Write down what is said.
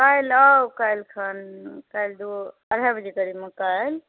काल्हि आउ काल्हि खन काल्हि दू अढ़ाइ बजे करीबमे काल्हि